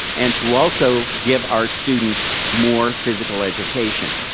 and to also give our students more physical education.